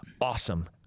Awesome